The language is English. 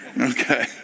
Okay